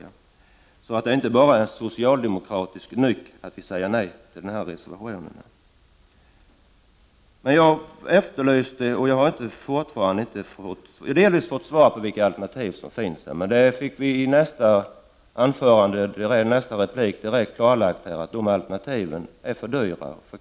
Det är således inte enbart en socialdemokratisk nyck att majoriteten i utskottet inte ställer sig bakom denna reservation. Jag har efterlyst vilka alternativ som finns men har bara delvis fått svar. Men Anita Stenberg sade att alternativen är för dyra.